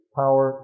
power